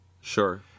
Sure